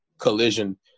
collision